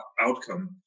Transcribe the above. outcome